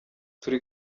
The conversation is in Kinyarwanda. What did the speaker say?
turi